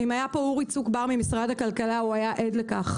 אם היה פה אורי צוק בר ממשרד הכלכלה הוא היה עד לכך.